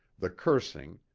the cursing,